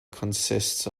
consists